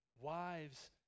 Wives